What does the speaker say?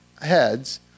heads